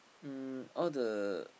um all the